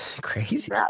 crazy